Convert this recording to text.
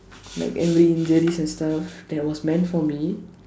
like every injuries and stuff that was meant for me